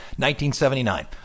1979